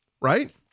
right